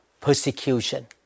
persecution